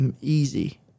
easy